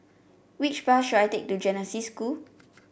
which bus should I take to Genesis School